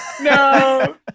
no